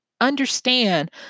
understand